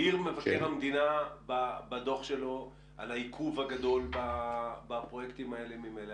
העיר מבקר המדינה בדו"ח שלו על העיכוב הגדול בפרויקטים האלה ממילא,